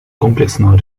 комплексного